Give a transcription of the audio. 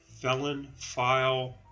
felonfile